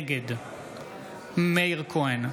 נגד מאיר כהן,